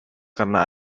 karena